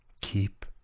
Keep